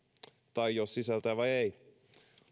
tai sisältääkö vai ei